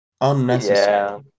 unnecessary